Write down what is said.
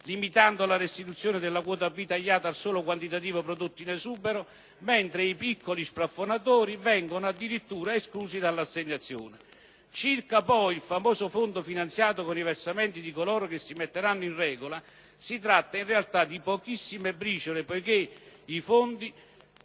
limitando la restituzione della quota "B" tagliata al solo quantitativo prodotto in esubero, mentre i piccoli splafonatori vengono addirittura esclusi dall'assegnazione. Circa poi il famoso fondo finanziato con i versamenti di coloro che si metteranno in regola, si tratta in realtà di pochissime briciole, poiché i fondi